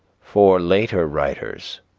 for later writers,